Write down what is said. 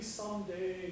someday